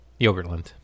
Yogurtland